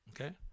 okay